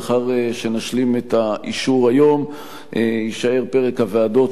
לאחר שנשלים את האישור היום יישאר פרק הוועדות,